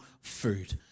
food